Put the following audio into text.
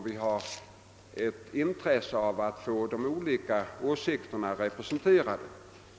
Då har vi intresse av att få olika åsikter representerade.